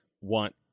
want